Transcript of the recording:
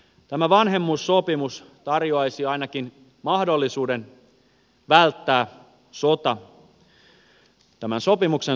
tämä vanhemmuussopimus tarjoaisi ainakin mahdollisuuden välttää sota tämän sopimuksen saamiseksi